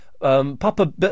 Papa